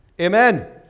amen